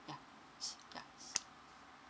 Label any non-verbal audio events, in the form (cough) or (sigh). ya (breath) ya (breath)